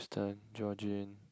Aston Jorjin